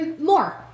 More